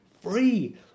free